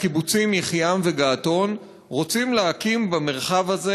הקיבוצים יחיעם וגעתון רוצים להקים במרחב הזה,